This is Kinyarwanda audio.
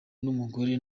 n’umugore